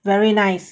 very nice